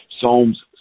Psalms